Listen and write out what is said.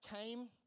came